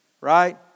right